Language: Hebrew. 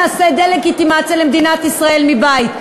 נעשה דה-לגיטימציה למדינת ישראל מבית.